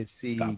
see